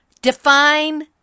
Define